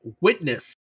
Witness